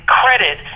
credit